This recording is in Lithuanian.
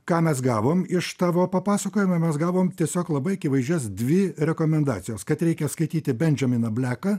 ką mes gavom iš tavo papasakojimo mes gavom tiesiog labai akivaizdžias dvi rekomendacijos kad reikia skaityti benjaminą bleką